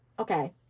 Okay